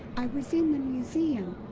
i was in the museum,